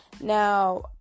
now